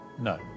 No